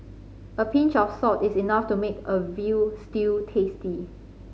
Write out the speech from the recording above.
a pinch of salt is enough to make a veal stew tasty